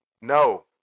No